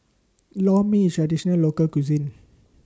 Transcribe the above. Lor Mee IS Traditional Local Cuisine